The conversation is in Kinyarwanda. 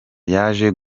yaje